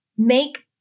make